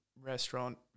restaurant